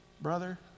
Brother